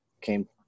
Came